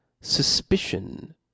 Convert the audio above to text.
suspicion